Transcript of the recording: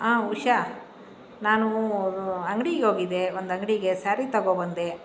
ಆಂ ಉಷಾ ನಾನು ಅಂಗಡಿಗೋಗಿದ್ದೆ ಒಂದು ಅಂಗಡಿಗೆ ಸ್ಯಾರಿ ತಗೊಬಂದೆ